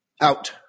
out